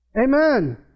Amen